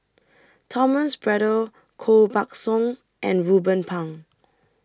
Thomas Braddell Koh Buck Song and Ruben Pang